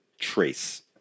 trace